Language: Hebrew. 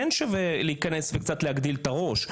כן שווה להיכנס וקצת להגדיל את הראש?